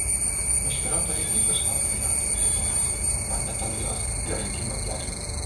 meškeriotojai ypač laukia jachtų prieplaukos mat netoli jos gerai kimba plekšnės